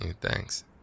Thanks